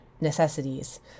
necessities